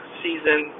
season